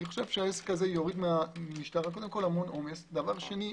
זה יוריד מהמשטרה הרבה עומס, שנית,